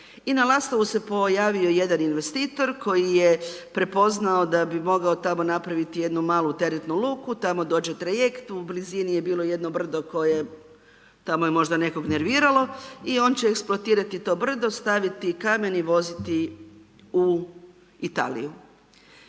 I na Lastovu se pojavio jedan investitor, koji je prepoznao da bi mogao tamo napraviti jednu malu teretnu luku. Tamo dođe trajekt, u blizini je bilo jedno brdo koje tamo je možda nekog nerviralo i on će eksploatirati to brdo, staviti kamen i voziti i Italiju.